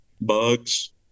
bugs